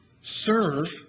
serve